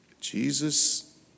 Jesus